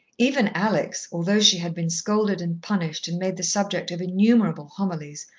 even alex, although she had been scolded and punished and made the subject of innumerable homilies,